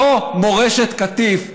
זו מורשת קטיף.